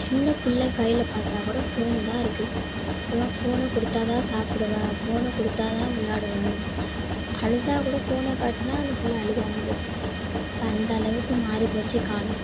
சின்னப் புள்ளை கையில் பார்த்தா கூட ஃபோனு தான் இருக்குது இப்போல்லாம் ஃபோனை கொடுத்தாதான் சாப்பிடுவேன் ஃபோனை கொடுத்தாதான் விளாடுவேன் அழுதால் கூட ஃபோனை காட்டினா அந்த புள்ளை அழுவாம இருக்குது இப்போ அந்த அளவுக்கு மாறிப்போச்சு காலம்